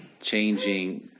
changing